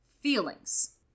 Feelings